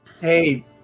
Hey